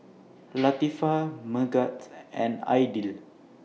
Latifa Megat and Aidil